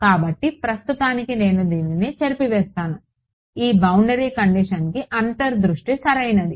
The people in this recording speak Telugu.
కాబట్టి ప్రస్తుతానికి నేను దీనిని చెరిపివేస్తాను ఈ బౌండరీ కండిషన్కి అంతర్ దృష్టి సరైనది